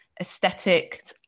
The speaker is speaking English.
aesthetic